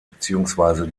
beziehungsweise